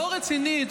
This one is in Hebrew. לא רצינית,